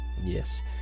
Yes